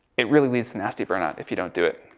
it really leads to nasty burnout if you don't do it.